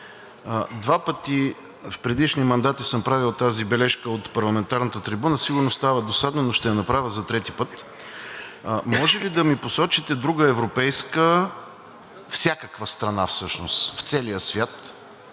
Два пъти в предишни мандати съм правил тази бележка от парламентарната трибуна, сигурно става досадно, но ще я направя за трети път. Може ли да ми посочите друга европейска – всякаква страна всъщност, в целия свят,